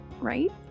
right